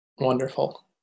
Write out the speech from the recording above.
Wonderful